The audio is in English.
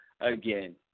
again